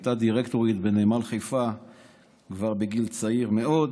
הייתה דירקטורית בנמל חיפה כבר בגיל צעיר מאוד.